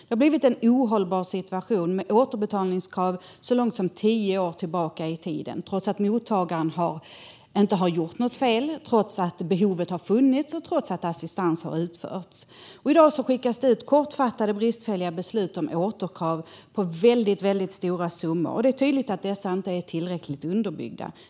Det har blivit en ohållbar situation med återbetalningskrav så långt som tio år tillbaka i tiden trots att mottagaren inte har gjort något fel, trots att behovet har funnits och trots att assistans har utförts. I dag skickas det ut kortfattade och bristfälliga beslut om återkrav på väldigt stora summor, och det är tydligt att dessa inte är tillräckligt underbyggda.